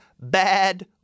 bad